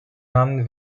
namen